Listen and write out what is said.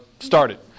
Started